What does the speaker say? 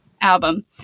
album